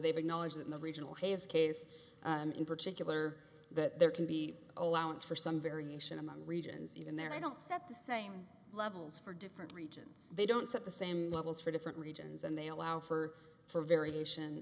they've acknowledged that the original has case in particular that there can be allowance for some variation among regions even there i don't set the same levels for different regions they don't set the same levels for different regions and they allow for for variation